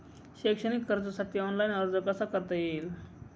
शैक्षणिक कर्जासाठी ऑनलाईन अर्ज कसा करता येईल?